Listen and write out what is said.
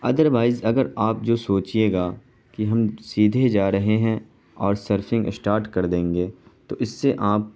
otherwise اگر آپ جو سوچیے گا کہ ہم سیدھے جا رہے ہیں اور سرفنگ اسٹارٹ کر دیں گے تو اس سے آپ